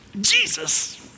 Jesus